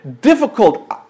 difficult